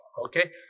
okay